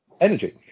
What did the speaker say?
energy